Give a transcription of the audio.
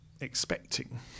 expecting